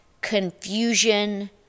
confusion